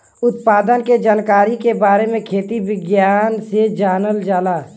उत्पादन के जानकारी के बारे में खेती विज्ञान से जानल जाला